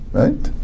right